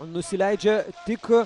nusileidžia tik